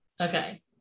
Okay